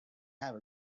have